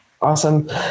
Awesome